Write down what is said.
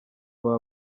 baba